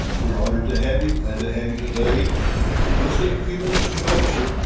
we're honored to have you, glad to have you today. and let's take a few minutes in fellowship.